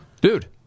Dude